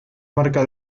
marca